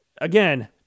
Again